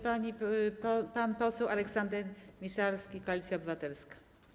Pan poseł Aleksander Miszalski, Koalicja Obywatelska.